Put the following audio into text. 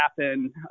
happen